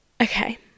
Okay